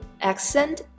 accent